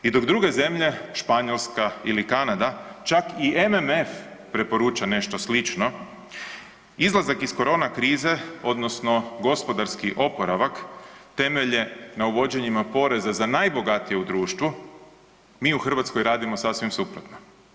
I dok druge zemlje Španjolska ili Kanada čak i MMF preporuča nešto slično, izlazak iz korona krize odnosno gospodarski oporavak temelje na uvođenjima poreze za najbogatije u društvu, mi u Hrvatskoj radimo sasvim suprotno.